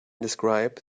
describe